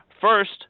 first